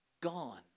Gone